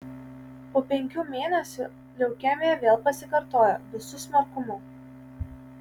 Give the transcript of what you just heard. po penkių mėnesių leukemija vėl pasikartojo visu smarkumu